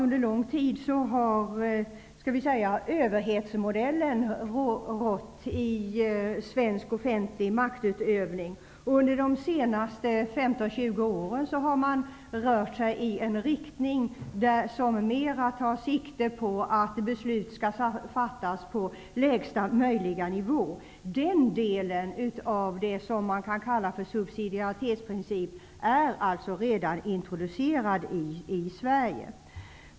Under lång tid har vad vi skulle kunna kalla överhetsmodellen rått i svensk offentlig maktutövning, men under de senaste 15--20 åren har man rört sig alltmer mot att beslut skall fattas på lägsta möjliga nivå. Den delen av det som man kan kalla subsidiaritetsprincipen är alltså redan introducerad i Sverige.